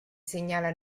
segnala